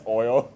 oil